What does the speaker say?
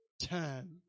time